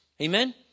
Amen